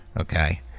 Okay